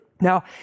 Now